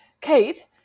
Kate